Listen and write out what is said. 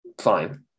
fine